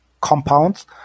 compounds